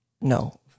No